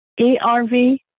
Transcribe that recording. E-R-V